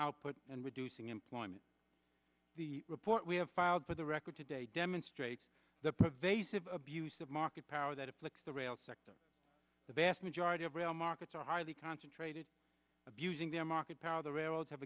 output and reducing employment the report we have filed for the record today demonstrates the pervasive abuse of market power that afflicts the rail sector the vast majority of real markets are highly concentrated abusing their market power the railroad